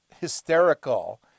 hysterical